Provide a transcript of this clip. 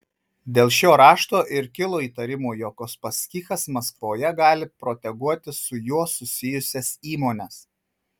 dėl šio rašto ir kilo įtarimų jog uspaskichas maskvoje gali proteguoti su juo susijusias įmones